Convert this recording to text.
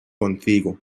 contigo